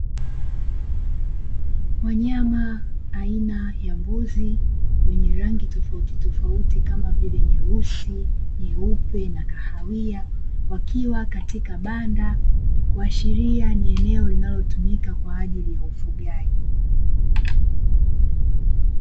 Wanyama aina ya mbuzi wenye rangi tofauti tofauti kama vile nyeusi, nyeupe na kahawia wakiwa katika banda, ikiashiria ni eneo linalotumika kwa ajili ya ufugaji.